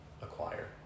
acquire